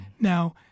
Now